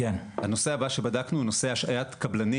הנושא הבא שבדקנו הוא השעיית קבלנים